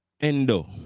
Endo